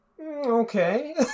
okay